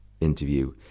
interview